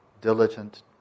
diligent